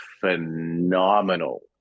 phenomenal